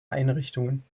einrichtungen